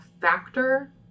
factor